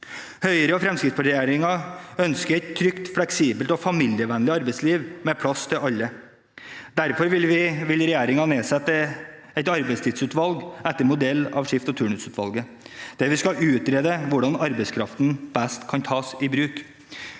Høyre–Fremskrittsparti-regjeringen ønsker et trygt, fleksibelt og familievennlig arbeidsliv med plass til alle. Derfor vil regjeringen nedsette et arbeidstidsutvalg etter modell av skift- og turnus-utvalget, der vi skal utrede hvordan arbeidskraften best kan tas i bruk,